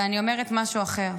אבל אני אומרת משהו אחר.